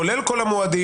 כולל כל ההארכות,